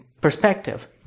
perspective